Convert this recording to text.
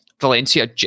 Valencia